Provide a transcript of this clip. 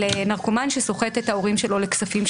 נרקומן שסוחט את ההורים שלו לכספים,